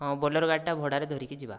ହଁ ବୋଲେରୋ ଗାଡ଼ି ଟା ଭଡ଼ାରେ ଧରିକି ଯିବା